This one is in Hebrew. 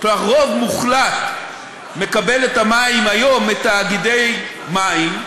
כלומר רוב מוחלט מקבל את המים היום מתאגידי מים,